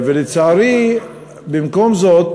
לצערי, במקום זה,